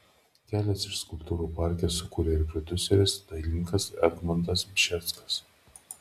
kelias iš skulptūrų parke sukūrė ir prodiuseris dailininkas egmontas bžeskas